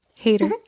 hater